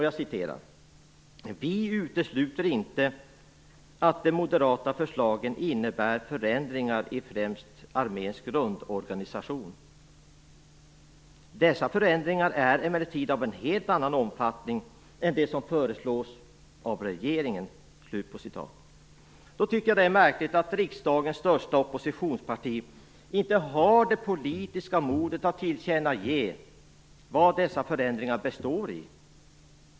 Jag citerar: "Vi utesluter inte att de moderata förslagen innebär förändringar i främst arméns grundorganisation. Dessa förändringar är emellertid av en helt annat omfattning än de som föreslås av regeringen." Jag tycker att det är märkligt att riksdagens största oppositionsparti inte har det politiska modet att tillkännage vad dessa förändringar består i.